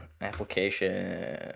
application